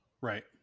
right